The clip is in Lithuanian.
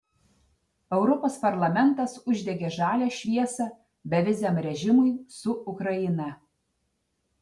europos parlamentas uždegė žalią šviesą beviziam režimui su ukraina